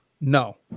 no